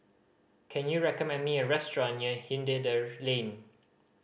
can you recommend me a restaurant near Hindhede Lane